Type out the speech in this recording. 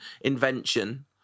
invention